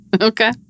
Okay